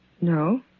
No